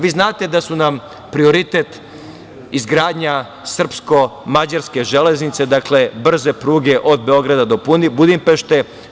Vi znate da su nam prioritet izgradnja srpsko-mađarske železnice, dakle, brze pruge od Beograda do Budimpešte.